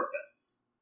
purpose